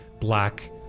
black